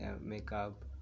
makeup